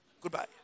Goodbye